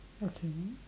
okay